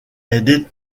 est